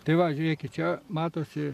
tai va žiūrėkit čia matosi